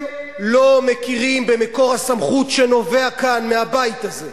הם לא מכירים במקור הסמכות שנובע כאן מהבית הזה,